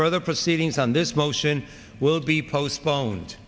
further proceedings on this motion will be postpone